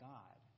God